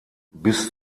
bis